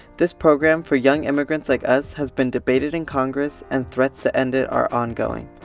this program for young immigrants like us has been debated in congress and threats to end it are ongoing,